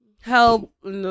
help